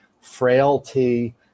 frailty